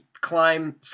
climb